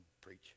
preach